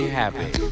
happy